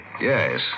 Yes